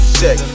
check